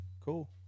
Cool